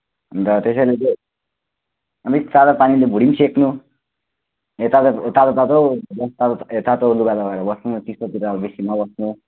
अन्त त्यसैले चाहिँ अलिक तातो पानीले भुँडी पनि सेक्नु त्यता त धेरै जाडो जाडो छ हौ ए तातो लुगा लगाएर बस्नु चिसोतिर बेसी नबस्नु